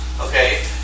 Okay